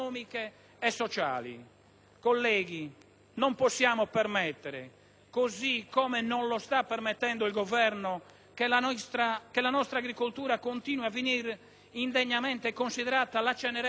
Colleghi, non possiamo permettere, così come non lo sta permettendo il Governo, che la nostra agricoltura continui a venire indegnamente considerata la cenerentola della nostra economia.